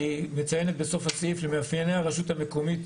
היא מציינת בסוף הסעיף את מאפייני הרשות המקומית